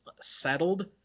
settled